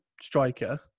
striker